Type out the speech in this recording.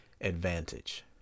advantage